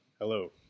Hello